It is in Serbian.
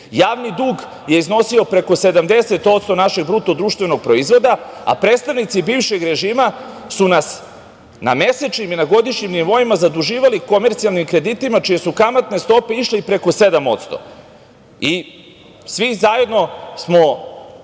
Javni dug je iznosio preko 70% našeg BDP-a, a predstavnici bivšeg režima su nas na mesečnim i na godišnjim nivoima zaduživali komercijalnim kreditima čije su kamatne stope išle i preko 7%. I svi zajedno smo